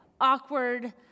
awkward